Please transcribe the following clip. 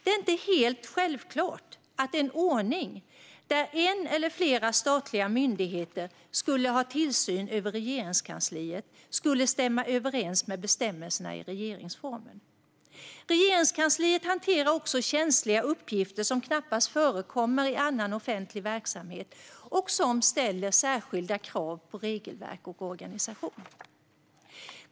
Det är inte helt självklart att en ordning där en eller flera statliga myndigheter skulle ha tillsyn över Regeringskansliet skulle stämma överens med bestämmelserna i regeringsformen. Regeringskansliet hanterar också känsliga uppgifter som knappast förekommer i annan offentlig verksamhet och som ställer särskilda krav på regelverk och organisation.